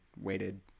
waited